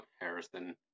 harrison